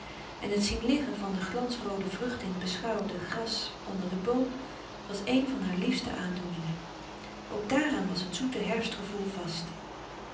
en het zien liggen van de glans roode vruchten in het beschauwde gras onder den boom was een van haar frederik van eeden van de koele meren des doods liefste aandoeningen ook daaraan was het zoete herfstgevoel vast